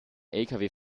lkw